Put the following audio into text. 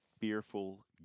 fearful